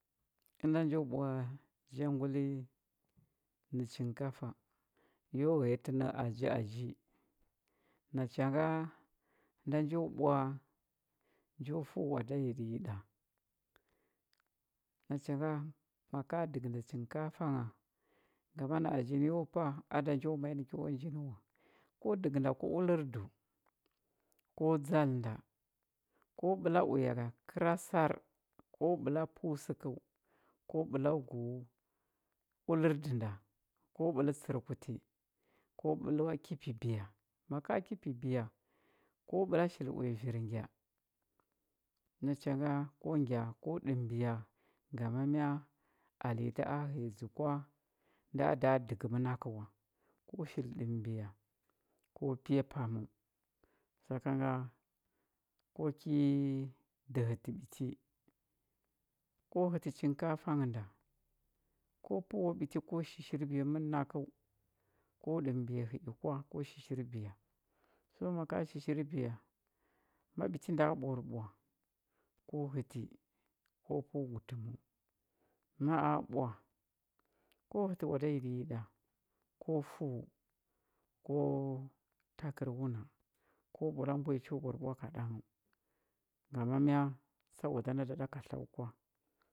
Ənda njo ɓwa janguli nə chinkafa yo ghəya tə nə aji aji nacha nga nda njo ɓwa njo fəu oada yidəytiɗa nacha nga maka dəgənda chinkafa ngha ngama nə aji nə yo pəa a da njo ma i nə kyo ənjin wa ko dəgənda ku ulərdu ko dzalnda ko ɓəla uya vanya kəra sar ko ɓəla pəu səkəu ko ɓəlau go ulərdə nda ko ɓəla tsərkuti ko ɓəla ki pibiya maka ki pibiya ko ɓəla shili uya vir ngya nacha nga ko ngya ko ɗəmbiya ngama mya alenyi da həydzə kwa nda a da dəgə mənakə wa ko shili ɗəmbiya ko piya paməu sakan nga ko ki dəhətə ɓiti ko hətə chinkafa nghə da ko pəu ku ɓiti ko shishirbiya mənakə ko ɗəmbiya hə i kwa ko shishirbiya so maka shishirbiya ma ɓiti nda ɓwarɓwa ko həti ko pəu gu təm ma a ɓwa ko hətə oada yiɗəyiɗa ko fəu ko takər wuna ko ɓəla mbuya cho ɓwarɓwa kaɗanghəu ngama mya tsa oada nda da ɗa katla u,